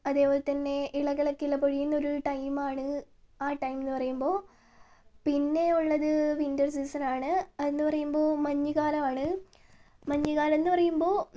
അതേപോലെത്തന്നെ ഇലകളൊക്കെ ഇല പൊഴിയുന്ന ഒരു ടൈം ആണ് ആ ടൈം എന്നു പറയുമ്പോൾ പിന്നെയുള്ളത് വിന്റർ സീസൺ ആണ് അതെന്നു പറയുമ്പോൾ മഞ്ഞു കാലമാണ് മഞ്ഞുകാലം എന്നു പറയുമ്പോൾ